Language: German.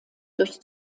durch